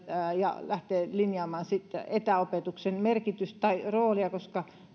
ja lähteä linjaamaan sitten etäopetuksen roolia koska